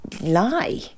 lie